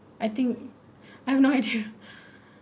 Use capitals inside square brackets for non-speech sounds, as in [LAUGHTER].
I think [LAUGHS] I have no idea